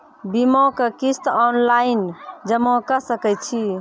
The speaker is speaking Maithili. बीमाक किस्त ऑनलाइन जमा कॅ सकै छी?